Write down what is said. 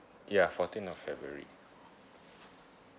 ya fourteen of february